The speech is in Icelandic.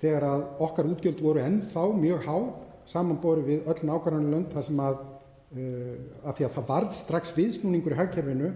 þegar okkar útgjöld voru enn þá mjög há samanborið við öll nágrannalöndin sem, af því að það varð strax viðsnúningur í hagkerfinu,